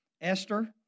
Esther